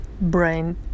brain